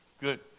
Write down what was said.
Good